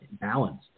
balanced